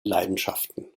leidenschaften